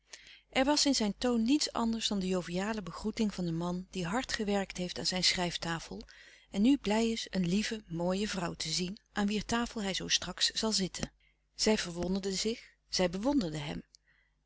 er was in zijn toon niets anders dan de joviale begroeting van een man die hard gewerkt heeft aan zijn schrijftafel en nu blij is een lieve mooie vrouw te zien aan wier tafel hij zoo straks zal zitten zij verwonderde zich zij bewonderde hem